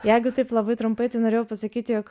jeigu taip labai trumpai tai norėjau pasakyt jog